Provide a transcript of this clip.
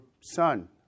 son